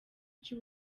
cy’u